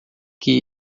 que